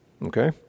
Okay